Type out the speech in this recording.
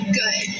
good